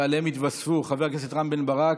ואליהם התווספו חבר הכנסת רם בן ברק,